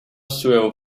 swell